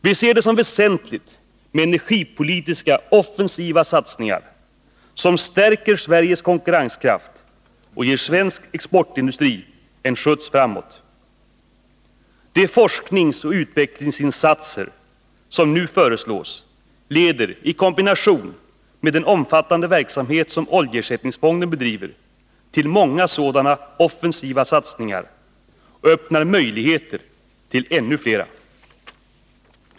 Vi ser det som väsentligt med energipolitiska offensiva satsningar, som stärker Sveriges konkurrenskraft och ger svensk exportindustri en skjuts framåt. De forskningsoch utvecklingsinsatser som nu föreslås leder, i kombination med den omfattande verksamhet som oljeersättningsfonden bedriver, till många sådana offensiva satsningar och öppnar möjligheter till ännu fler.